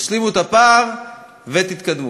תשלימו את הפער ותתקדמו.